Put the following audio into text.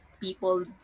people